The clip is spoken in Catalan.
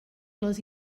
les